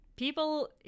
People